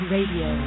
Radio